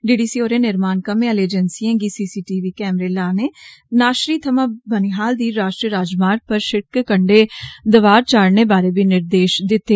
D D C होरें निर्माण कम्मै आहली एजेंसिएं गी सी सी टी वी कैमरें लगाने नाषरी थमां बनिहाल दे राश्ट्रीय राजमार्ग परां सिड़क कंडे दवार चाडने बारै बी निर्देष दिते